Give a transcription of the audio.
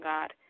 God